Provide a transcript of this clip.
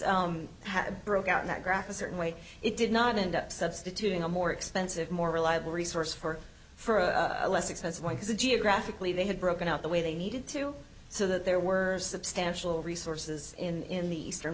had broke out in that graph a certain way it did not end up substituting a more expensive more reliable resource for for a less expensive like the geographically they had broken out the way they needed to so that there were substantial resources in the eastern